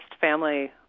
family